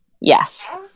Yes